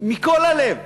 מכל הלב,